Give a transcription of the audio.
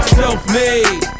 self-made